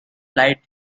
light